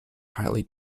highly